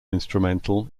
instrumental